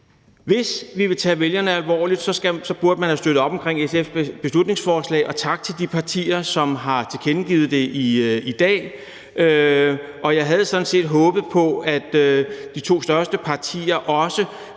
Hvis man vil tage vælgerne alvorligt, burde man have støttet SF's beslutningsforslag, og tak til de partier, som har tilkendegivet støtte i dag. Jeg havde sådan set håbet på, at de to største partier også